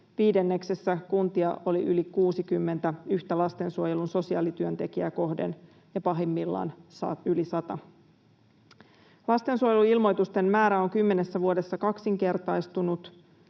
viidenneksessä kuntia yli 60 yhtä lastensuojelun sosiaalityöntekijää kohden — ja pahimmillaan yli sata. Lastensuojeluilmoitusten määrä on kymmenessä vuodessa kaksinkertaistunut,